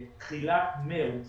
בתחילת חודש מארס